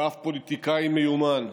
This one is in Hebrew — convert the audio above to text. ואף פוליטיקאי מיומן.